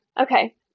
Okay